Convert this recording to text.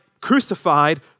crucified